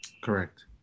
Correct